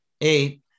eight